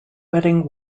wedding